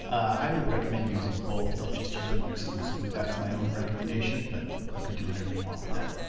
i would recommend using both. don't just use one exclusively. that's my own recommendation, but you can do whatever you want with that.